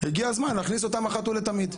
הגיע הזמן להכניס אותם אחת ולתמיד.